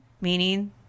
meaning